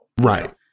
right